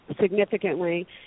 significantly